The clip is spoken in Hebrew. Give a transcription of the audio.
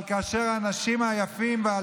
אבל כאשר האנשים היפים,